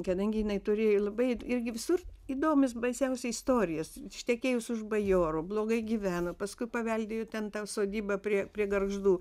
kadangi jinai turėjo labai irgi visur įdomius baisiausia istorijas ištekėjus už bajoro blogai gyveno paskui paveldėjo ten tą sodybą prie prie gargždų